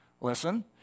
Listen